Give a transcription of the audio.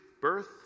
birth